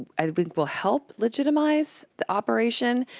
i think, will help legitimize the operation,